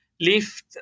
lift